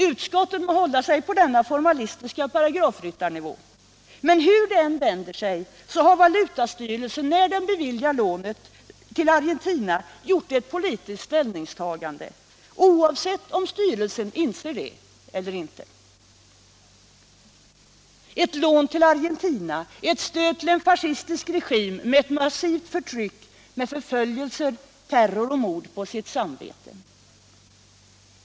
Utskottet må hålla sig på denna formalistiska paragrafryttarnivå, men hur det än vänder sig så har valutastyrelsen när den beviljar lånet till Argentina gjort ett politiskt ställningstagande — oavsett om styrelsen insett detta eller inte. Ett lån till Argentina är ett stöd till en fascistisk regim med ett massivt förtryck, med förföljelser, terror och mord på sitt samvete.